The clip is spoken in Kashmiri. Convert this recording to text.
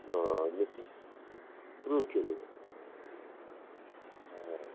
آ مےٚ دِ تٕرٛہ کِلوٗ آ